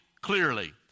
clearly